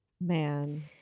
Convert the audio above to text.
man